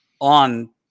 on